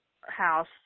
house